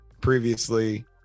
previously